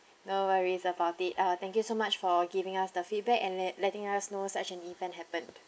no worries about it uh thank you so much for giving us the feedback and let~ letting us know such an event happened